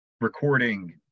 recording